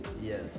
Yes